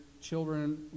children